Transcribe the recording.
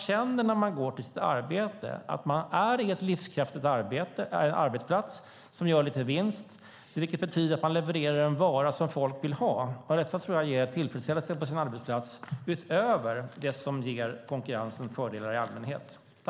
När de går till sitt arbete kan de känna att de är på en livskraftig arbetsplats som gör en liten vinst. Det betyder att man levererar en vara som folk vill ha. Jag tror att detta ger en tillfredsställelse på arbetsplatsen utöver de fördelar som konkurrensen ger i allmänhet.